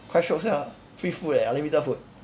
quite shiok sia free food eh unlimited food